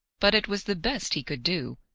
but it was the best he could do,